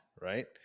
right